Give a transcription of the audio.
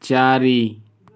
ଚାରି